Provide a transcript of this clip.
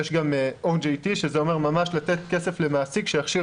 יש גם OGT שזה אומר ממש לתת כסף למעסיק שיכשיר